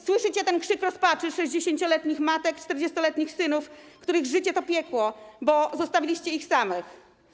Słyszycie ten krzyk rozpaczy 60-letnich matek 40-letnich synów, których życie to piekło, bo zostawiliście ich samych?